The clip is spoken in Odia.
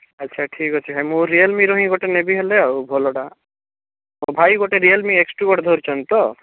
ଆଚ୍ଛା ଠିକ୍ ଅଛି ଭାଇ ମୁଁ ରିଅଲମିର ହିଁ ଗୋଟେ ନେବି ହେଲେ ଆଉ ଭଲଟା ଭାଇ ଗୋଟେ ରିଅଲମି ଏକ୍ସ ଟୁ ଗୋଟେ ଧରିଛନ୍ତି ତ